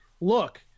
look